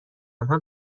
آنها